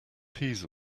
peas